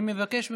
אני מבקש מכם,